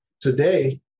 today